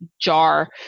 jar